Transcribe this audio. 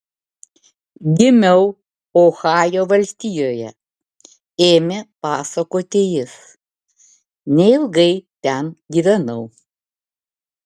gimiau ohajo valstijoje ėmė pasakoti jis neilgai ten gyvenau